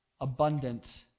abundant